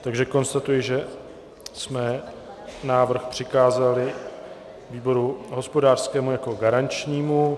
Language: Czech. Takže konstatuji, že jsme návrh přikázali výboru hospodářskému jako garančnímu.